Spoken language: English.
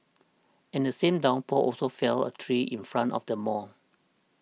and the same downpour also felled a tree in front of the mall